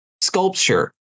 sculpture